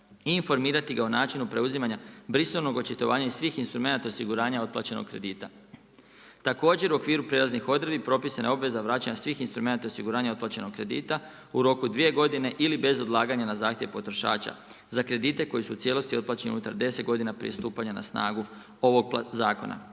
i informirati ga o načinu preuzimanja brisanog očitovanja iz svih instrumenata osiguranja otplaćenog kredita. Također u okviru prelaznih odredbi propisana je odredba vraćanja svih instrumenata osiguranja otplaćenog kredita u roku 2 godine ili bez odlaganje na zahtjev potrošača. Za kredite koji su u cijelosti otplaćeni unutar 10 godina prije stupanja na snagu ovog zakona.